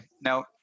Now